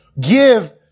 give